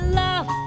love